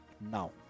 now